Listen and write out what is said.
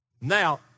Now